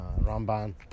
Ramban